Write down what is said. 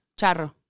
Charro